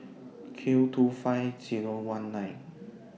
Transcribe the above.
Q two five Zero one nine